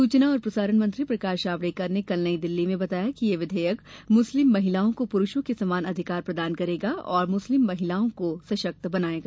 सूचना और प्रसारण मंत्री प्रकाश जावड़ेकर ने कल नई दिल्ली में बताया कि ये विधेयक मुस्लिम महिलाओं को पुरूषों के समान अधिकार प्रदान करेगा तथा मुस्लिम महिलाओं को सशक्त बनाएगा